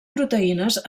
proteïnes